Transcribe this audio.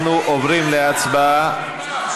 אנחנו עוברים להצבעה.